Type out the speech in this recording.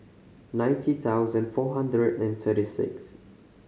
ninety thousand four hundred and thirty six